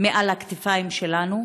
מעל הכתפיים שלנו?